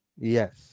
Yes